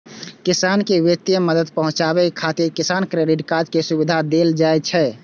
किसान कें वित्तीय मदद पहुंचाबै खातिर किसान क्रेडिट कार्ड के सुविधा देल जाइ छै